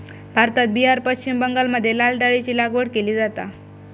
भारतात बिहार, पश्चिम बंगालमध्ये लाल डाळीची लागवड केली जाता